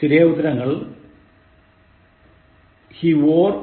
ശരിയായ ഉത്തരങ്ങൾ He wore a smart suit